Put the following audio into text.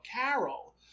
Carol